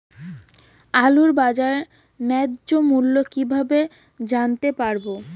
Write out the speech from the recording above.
আলুর বাজার ন্যায্য মূল্য কিভাবে জানতে পারবো?